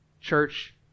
church